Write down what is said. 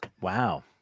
wow